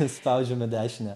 ir spaudžiame dešinę